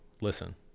listen